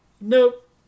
Nope